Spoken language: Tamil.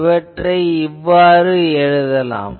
இதை இப்படி எழுதலாம்